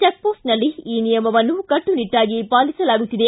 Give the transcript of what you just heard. ಚೆಕ್ಪೋಸ್ನಲ್ಲಿ ಈ ನಿಯಮವನ್ನು ಕಟ್ಟುನಿಟಾಗಿ ಪಾಲಿಸಲಾಗುತ್ತಿದೆ